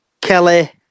Kelly